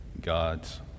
God's